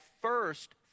first